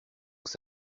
donc